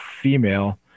female